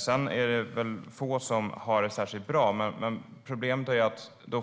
Sedan är det väl få som har det särskilt bra, men vi